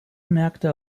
märkte